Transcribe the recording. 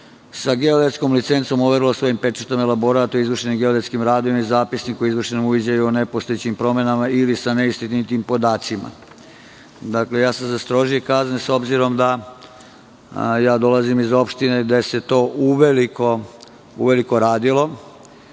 sa geodetskom licencom overilo svojim pečatom elaborat o izvršenim geodetskim radovima i zapisniku u izvršnom uviđaju o nepostojećim promenama ili sa neistinitim podacima. Dakle, za strožije sam kazne, s obzirom da dolazim iz opštine gde se to uveliko radilo